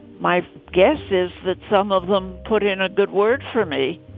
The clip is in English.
my guess is that some of them put in a good word for me.